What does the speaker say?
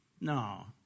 no